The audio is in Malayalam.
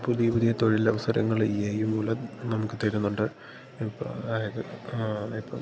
പുതിയ പുതിയ തൊഴിലവസരങ്ങൾ ഈ എ ഐ മൂലം നമുക്ക് തരുന്നുണ്ട് ഇപ്പം അത് ആ ഇപ്പം